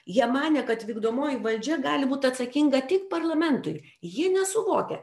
jie manė kad vykdomoji valdžia gali būt atsakinga tik parlamentui ji nesuvokia